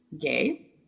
gay